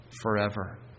forever